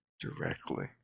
directly